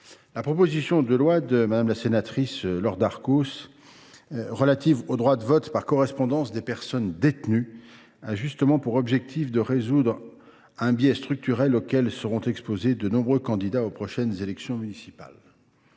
La proposition de loi de Laure Darcos relative au droit de vote par correspondance des personnes détenues vise justement à corriger un biais structurel auquel seront exposés de nombreux candidats aux prochaines élections municipales.